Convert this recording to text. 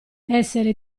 essere